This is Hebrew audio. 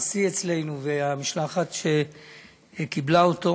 הנשיא אצלנו והמשלחת שקיבלה אותו.